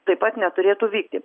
taip pat neturėtų vykti